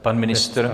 Pan ministr?